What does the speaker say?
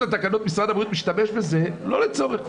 התקנות משרד הבריאות משתמש בזה לא לצורך.